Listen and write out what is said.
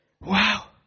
wow